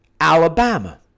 Alabama